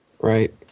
right